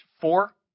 Four